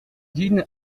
dîne